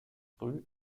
früh